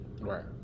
Right